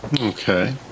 Okay